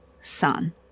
sun